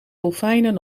dolfijnen